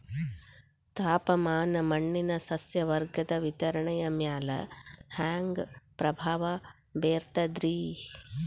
ತಾಪಮಾನ ಮಣ್ಣಿನ ಸಸ್ಯವರ್ಗದ ವಿತರಣೆಯ ಮ್ಯಾಲ ಹ್ಯಾಂಗ ಪ್ರಭಾವ ಬೇರ್ತದ್ರಿ?